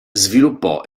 sviluppò